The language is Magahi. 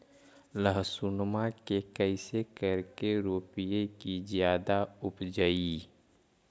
लहसूनमा के कैसे करके रोपीय की जादा उपजई?